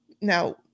now